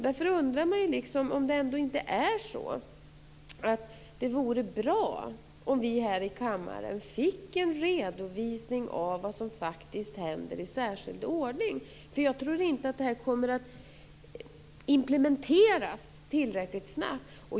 Därför undrar jag ändå om det inte vore bra om vi här i kammaren fick en redovisning av vad som faktiskt händer i särskild ordning. Jag tror nämligen inte att det här kommer att implementeras tillräckligt snabbt.